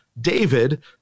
David –